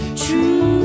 true